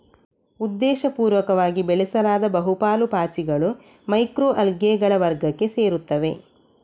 ಉದ್ದೇಶಪೂರ್ವಕವಾಗಿ ಬೆಳೆಸಲಾದ ಬಹು ಪಾಲು ಪಾಚಿಗಳು ಮೈಕ್ರೊ ಅಲ್ಗೇಗಳ ವರ್ಗಕ್ಕೆ ಸೇರುತ್ತವೆ